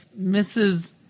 mrs